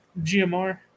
GMR